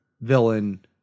villain